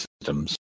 systems